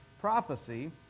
prophecy